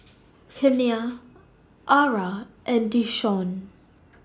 Kenia Arra and Deshawn